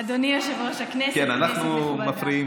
אדוני יושב-ראש הכנסת, כנסת נכבדה,